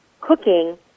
cooking